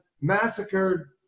massacred